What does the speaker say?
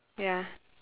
ya